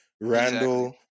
Randall